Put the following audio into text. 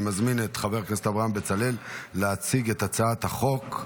אני מזמין את חבר הכנסת אברהם בצלאל להציג את הצעת החוק.